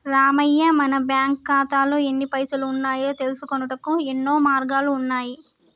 రామయ్య మన బ్యాంకు ఖాతాల్లో ఎన్ని పైసలు ఉన్నాయో తెలుసుకొనుటకు యెన్నో మార్గాలు ఉన్నాయి